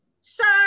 Sir